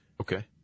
Okay